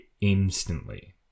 instantly